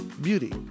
beauty